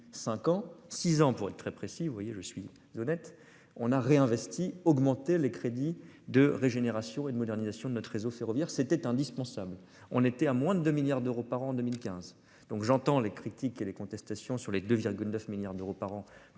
5 ans, 6 ans, pour être très précis, vous voyez je suis honnête on a réinvesti augmenter les crédits de régénération et de modernisation de notre réseau ferroviaire, c'était indispensable. On était à moins de 2 milliards d'euros par an 2015 donc j'entends les critiques et les contestations sur les 2,9 milliards d'euros par an